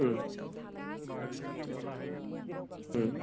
उम उम